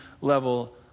level